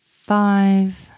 five